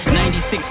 96